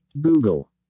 Google